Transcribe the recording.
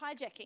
hijacking